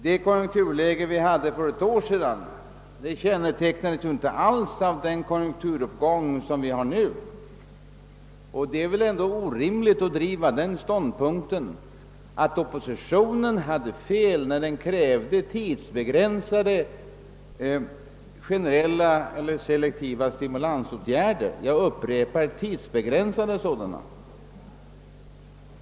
Det konjunkturläge vi hade för ett år sedan kännetecknades ju inte alls av den konjunkturuppgång vi har nu, och det är väl ändå orimligt att driva den meningen att oppositionen hade fel när den då krävde tidsbegränsade generella eller selektiva stimulansåtgärder. Jag understryker att det gällde tidsbegränsade åtgärder.